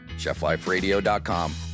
chefliferadio.com